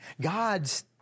God's